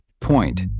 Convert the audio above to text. Point